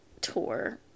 tour